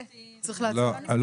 2. מי נגד?